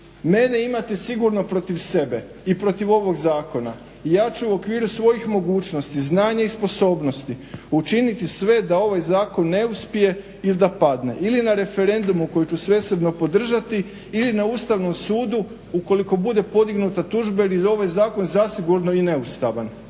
Mene imate sigurno protiv sebe i protiv ovog zakona. Ja ću u okviru svojih mogućnosti, znanja i sposobnosti učiniti sve da ovaj zakon ne uspije ili da padne ili na referendumu koji ću svesrdno podržati ili na Ustavnom sudu ukoliko bude podignuta tužba jer je ovaj zakon zasigurno i neustavan.